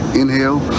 inhale